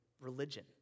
religion